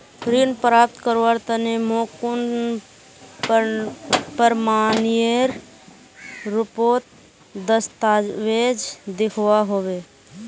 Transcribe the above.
ऋण प्राप्त करवार तने मोक कुन प्रमाणएर रुपोत दस्तावेज दिखवा होबे?